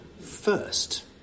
first